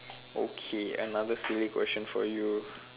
okay another silly question for you